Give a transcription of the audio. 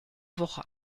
woche